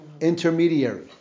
intermediary